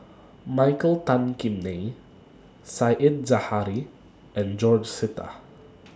Michael Tan Kim Nei Said Zahari and George Sita